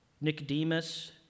Nicodemus